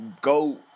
go